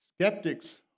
Skeptics